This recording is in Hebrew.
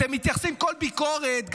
אתם מתייחסים לכל ביקורת,